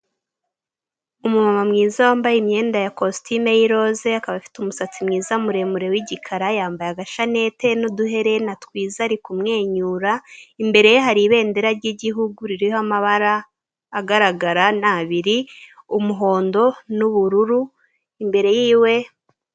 Umuntu mwiza wambaye imyenda ya kositimu y' iroza akaba afite umusatsi mwiza muremure wi'gikara, yambaye agashanete n'uduherena twiza, ari kumwenyura imbere ye hari ibendera ry'igihugu ririho amabara agaragara n'abiri; umuhondo n'ubururu imbere yiwe.